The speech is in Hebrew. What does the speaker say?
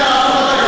זה אחר כך,